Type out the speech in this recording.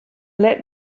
let